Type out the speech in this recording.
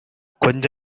கொஞ்ச